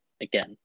again